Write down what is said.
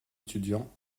étudiant